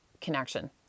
connection